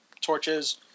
torches